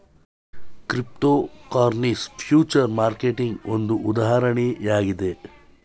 cryptocurrency future ಮಾರ್ಕೆಟ್ಗೆ ಒಂದು ಉದಾಹರಣೆಯಾಗಿದೆ